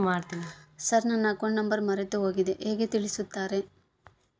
Sir ನನ್ನ account number ಮರೆತುಹೋಗಿದೆ ಹೇಗೆ ತಿಳಿಸುತ್ತಾರೆ?